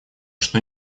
что